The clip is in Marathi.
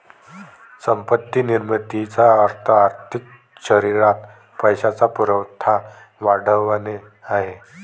संपत्ती निर्मितीचा अर्थ आर्थिक शरीरात पैशाचा पुरवठा वाढवणे आहे